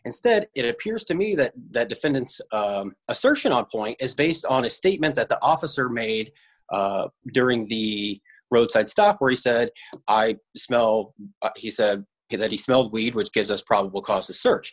instead it appears to me that that defendant's assertion on point is based on a statement that the officer made during the roadside stop where he said i smell he said that he smelled weed which gives us probable cause to search